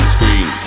Screen